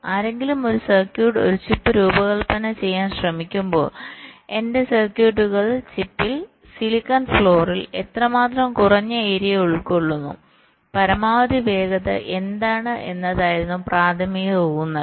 ആരെങ്കിലും ഒരു സർക്യൂട്ട് ഒരു ചിപ്പ് രൂപകൽപ്പന ചെയ്യാൻ ശ്രമിക്കുമ്പോൾ എന്റെ സർക്യൂട്ടുകൾ ചിപ്പിൽ സിലിക്കൺ ഫ്ലോറിൽ silicon floor എത്രമാത്രം കുറഞ്ഞ ഏരിയ ഉൾക്കൊള്ളുന്നു പരമാവധി വേഗത എന്താണ് എന്നതായിരുന്നു പ്രാഥമിക ഊന്നൽ